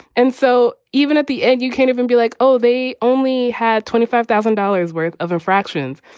and so even at the end, you can't even be like, oh, they only had twenty five thousand dollars worth of infractions.